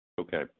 Okay